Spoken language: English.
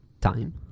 Time